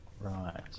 Right